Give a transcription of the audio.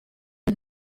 iyi